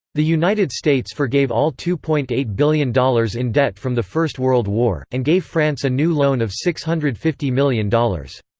the united states forgave all two point eight billion dollars in debt from the first world war, and gave france a new loan of six hundred and fifty million dollars.